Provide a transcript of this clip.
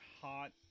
hot